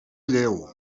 lleu